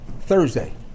Thursday